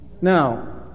Now